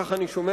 כך אני שומע,